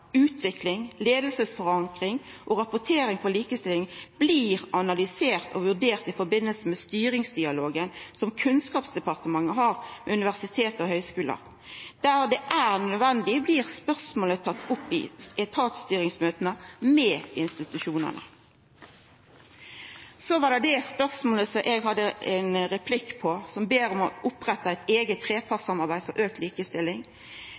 utvikling, leiingsforankring og rapportering på likestilling blir analysert og vurdert i samband med styringsdialogen som Kunnskapsdepartementet har med universitet og høgskular. Der det er nødvendig, blir spørsmålet tatt opp i etatsstyringsmøta med institusjonane. Så til det forslaget som eg hadde ein replikk om, der ein «ber regjeringen opprette et eget trepartssamarbeid for økt likestilling».